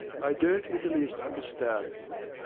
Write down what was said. i don't in the least understand you.